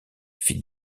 fit